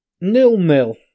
Nil-nil